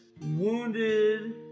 wounded